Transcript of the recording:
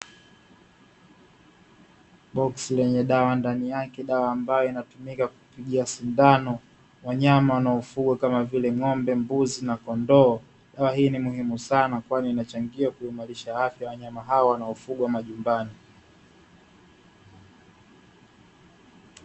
Boksi lenye dawa ndani yake dawa ambayo inatumika kupigia sindano wanyama wanaofugwa kama vile ng’ombe, mbuzi na kondoo. Dawa hii ni muhimu sana kwani inachangia kuimarisha afya ya wanyama hawa wanaofugwa majumbani.